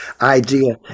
Idea